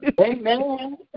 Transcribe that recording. Amen